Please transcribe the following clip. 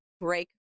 break